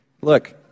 Look